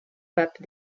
pape